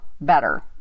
better